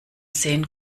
sehen